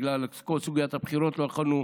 בגלל כל סוגית הבחירות לא יכולנו